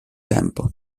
tempo